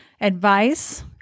advice